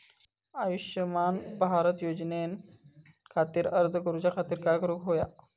आयुष्यमान भारत योजने खातिर अर्ज करूच्या खातिर काय करुक होया?